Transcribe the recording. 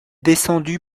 descendu